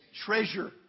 treasure